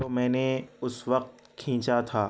جو میں نے اُس وقت کھینچا تھا